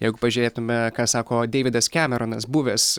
jeigu pažiūrėtume ką sako deividas kemeronas buvęs